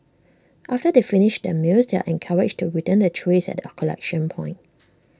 after they finish their meals they are encouraged to return their trays at A collection point